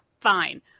fine